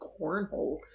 cornhole